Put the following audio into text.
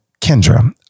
Kendra